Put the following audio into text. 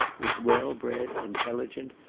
was well-bred, intelligent,